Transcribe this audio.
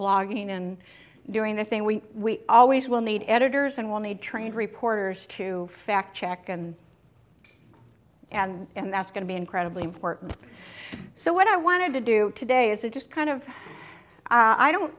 blogging and doing the thing we we always will need editors and we'll need trained reporters to fact check and and and that's going to be incredibly important so what i want to do today is it just kind of i don't